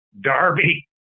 Darby